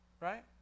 right